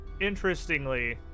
interestingly